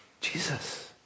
Jesus